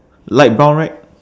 light brown right